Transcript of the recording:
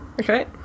Okay